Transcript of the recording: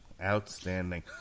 Outstanding